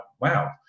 Wow